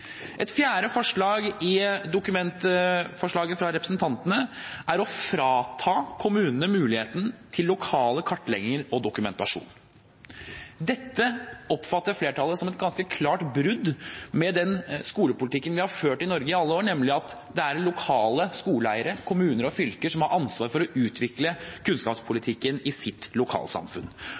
Et fjerde forslag i dokumentforslaget fra representantene er å frata kommunene muligheten til å stille lokale krav til kartlegging og dokumentasjon. Dette oppfatter flertallet som et ganske klart brudd med den skolepolitikken vi har ført i Norge i alle år, nemlig at det er lokale skoleeiere, kommuner og fylker, som har ansvaret for å utvikle kunnskapspolitikken i sitt lokalsamfunn.